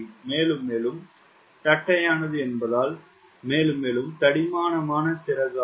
மேலும் மேலும் தட்டையானது என்பதால் மேலும் மேலும் தடிமனான சிறகு ஆகும்